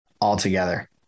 altogether